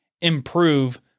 Improve